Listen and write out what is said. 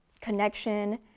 connection